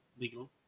legal